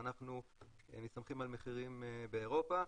אנחנו מסתמכים על מחירים באירופה,